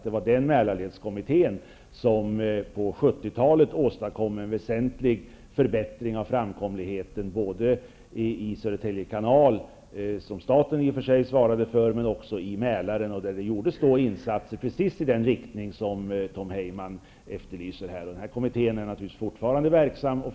Det var den Mälarledskommittén som på 70-talet åstadkom en väsentlig förbättring av framkomligheten både i Södertälje kanal, som staten i och för sig svarade för, och i Mälaren, där det gjordes insatser precis i den riktning som Tom Heyman efterlyser här. Denna kommitté är naturligtvis fortfarande verksam.